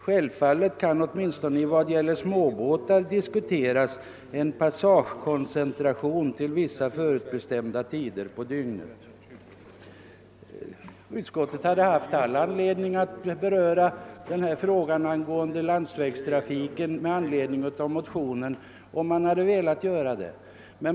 Självfallet kan åtminstone i vad gäller småbåtar diskuteras en passagekoncentration till vissa förutbestämda tider på dygnet.» Utskottet hade mycket väl kunnat ta upp frågan om landsvägstrafiken med anledning av motionen om det hade velat det.